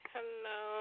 Hello